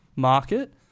market